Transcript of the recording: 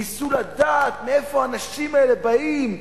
ניסו לדעת מאיפה האנשים האלה באים,